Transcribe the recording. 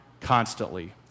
constantly